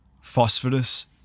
phosphorus